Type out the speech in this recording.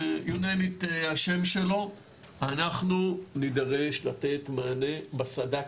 אנחנו נידרש לתת מענה בסד"כ,